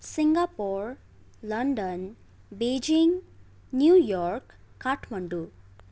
Singapore London Beijing New York Kathmandu